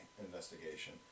investigation